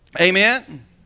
Amen